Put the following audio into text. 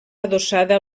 adossada